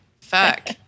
fuck